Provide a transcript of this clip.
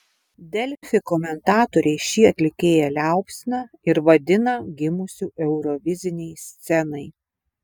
delfi komentatoriai šį atlikėją liaupsina ir vadina gimusiu eurovizinei scenai